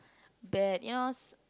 bad you know